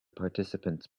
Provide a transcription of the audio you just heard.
participants